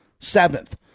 seventh